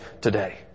today